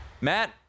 Matt